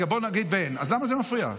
בואי נגיד שאין, אז למה זה מפריע?